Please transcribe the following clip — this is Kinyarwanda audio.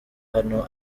hano